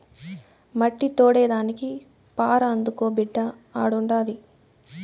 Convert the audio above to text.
మట్టి తోడేదానికి పార అందుకో బిడ్డా ఆడుండాది